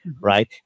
right